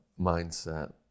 mindset